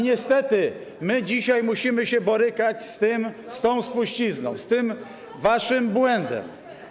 Niestety dzisiaj musimy się borykać z tą spuścizną, z tym waszym błędem.